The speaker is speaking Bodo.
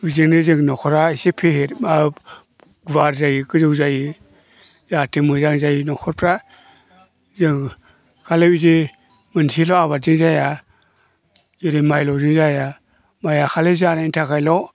बिजोंनो जों न'खरा एसे फेहेर माबा गुवार जायो गोजौ जायो जाहाथे मोजां जायो न'खरफ्रा जोङो खालि बिदि मोनसेल' आबादजों जाया जोंनि माइल'जों जाया माइआ खालि जानायनि थाखायल'